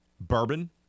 Bourbon